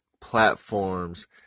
platforms